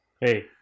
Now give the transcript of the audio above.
Hey